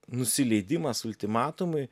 nusileidimas ultimatumui